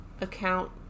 account